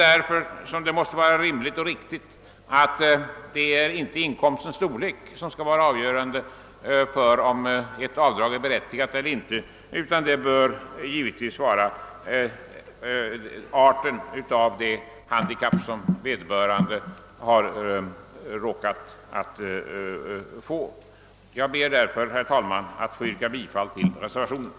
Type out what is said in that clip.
Därför måste det vara rimligt och riktigt att fastställa att inkomstens storlek inte skall vara avgörande för om ett avdrag är berättigat eller inte, utan det bör givetvis vara arten av det handikapp som vederbörande har råkat få. Jag ber, herr talman, att få yrka bifall till reservationen.